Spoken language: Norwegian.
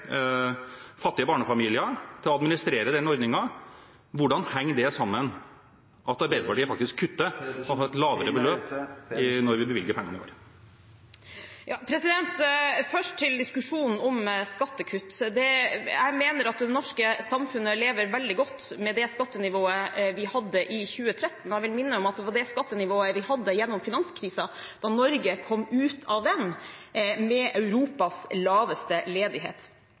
fattige barnefamilier, til å administrere den ordningen. Hvordan henger det sammen at Arbeiderpartiet faktisk kutter, så man får et lavere beløp når vi bevilger pengene i år? Først til diskusjonen om skattekutt. Jeg mener at det norske samfunnet lever veldig godt med det skattenivået vi hadde i 2013, og jeg vil minne om at det var det skattenivået vi hadde gjennom finanskrisen, da Norge kom ut av den med Europas laveste ledighet.